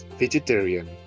vegetarian